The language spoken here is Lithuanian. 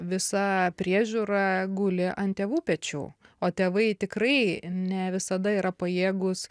visa priežiūra guli ant tėvų pečių o tėvai tikrai ne visada yra pajėgūs